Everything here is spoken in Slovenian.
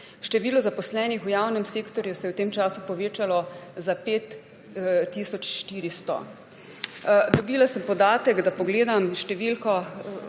Število zaposlenih v javnem sektorju se je v tem času povečalo za 5 tisoč 400. Dobila sem podatek, naj pogledam številko,